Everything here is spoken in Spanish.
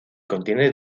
contiene